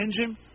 engine